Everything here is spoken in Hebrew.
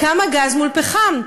כמה גז מול פחם?